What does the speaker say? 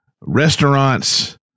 restaurants